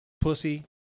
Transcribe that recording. Pussy